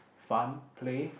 fun play